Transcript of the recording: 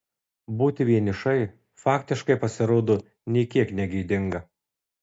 būti vienišai faktiškai pasirodo nė kiek negėdinga